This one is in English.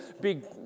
big